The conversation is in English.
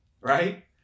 right